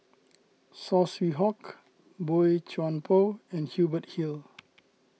Saw Swee Hock Boey Chuan Poh and Hubert Hill